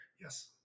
Yes